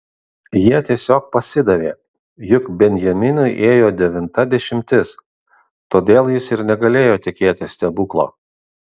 jie tiesiog pasidavė juk benjaminui ėjo devinta dešimtis todėl jis ir negalėjo tikėtis stebuklo